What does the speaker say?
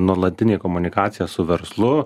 nuolatinė komunikacija su verslu